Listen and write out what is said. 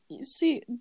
see